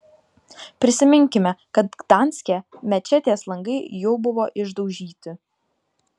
prisiminkime kad gdanske mečetės langai jau buvo išdaužyti